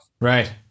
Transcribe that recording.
right